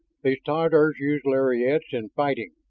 these tatars use lariats in fighting.